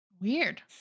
Weird